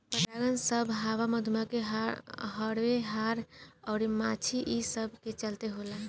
परागन सभ हवा, मधुमखी, हर्रे, हाड़ अउर माछी ई सब के चलते होला